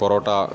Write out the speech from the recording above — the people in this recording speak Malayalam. പൊറോട്ട